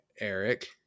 Eric